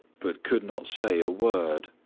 but could not say a word.